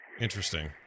Interesting